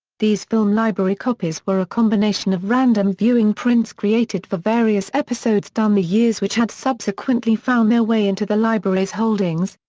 these film library copies were a combination of random viewing prints created for various episodes down the years which had subsequently found their way into the library's holdings,